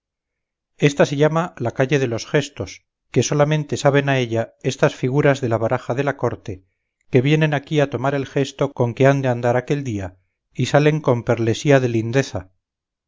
ésta se llama la calle de los gestos que solamente saben a ella estas figuras de la baraja de la corte que vienen aquí a tomar el gesto con que han de andar aquel día y salen con perlesía de